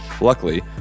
Luckily